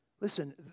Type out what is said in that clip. Listen